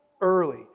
early